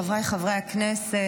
חבריי חברי הכנסת,